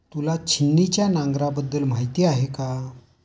तुला छिन्नीच्या नांगराबद्दल माहिती आहे का?